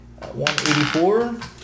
184